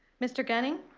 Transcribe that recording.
mr. gunning.